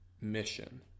mission